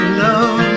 love